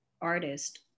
artist